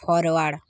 forward